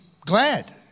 glad